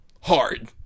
hard